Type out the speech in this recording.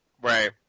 Right